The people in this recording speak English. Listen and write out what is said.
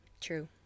True